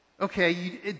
Okay